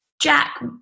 Jack